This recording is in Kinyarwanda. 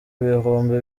bihumbi